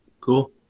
Cool